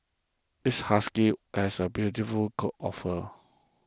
this husky has a beautiful coat of fur